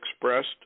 expressed